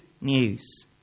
news